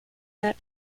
that